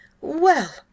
well